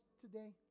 today